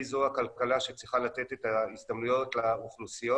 היא זו הכלכלה שצריכה לתת את ההזדמנויות לאוכלוסיות